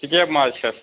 سِکیب ما حظ چھَس